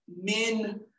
men